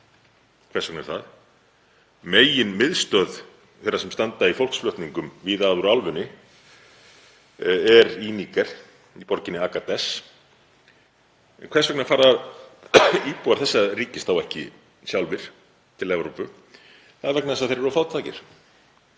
Hvers vegna er það? Meginmiðstöð þeirra sem standa í fólksflutningum víða að úr álfunni er í Níger, í borginni Agadez. Hvers vegna fara íbúar þessa ríkis þá ekki sjálfir til Evrópu? Það er vegna þess að þeir eru fátækir,